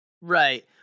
right